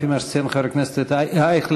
לפי מה שציין חבר הכנסת אייכלר,